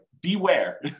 beware